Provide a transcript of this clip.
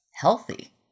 healthy